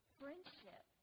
friendship